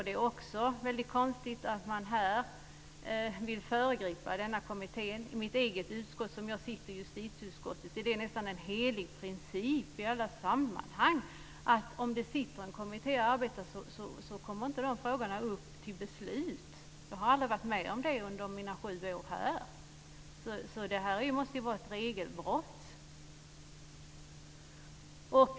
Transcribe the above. Det är också väldigt konstigt att man här vill föregripa denna kommitté. I mitt eget utskott, justitieutskottet, är det nästan en helig princip i alla sammanhang att om en kommitté arbetar med en fråga så kommer den frågan inte upp till beslut. Jag har aldrig varit med om det under mina sju år i riksdagen. Det här måste vara ett regelbrott.